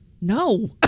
no